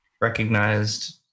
recognized